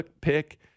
pick